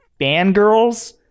fangirls